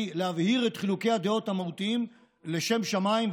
להבהיר את חילוקי הדעות המהותיים לשם שמיים,